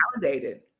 Validated